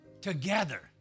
together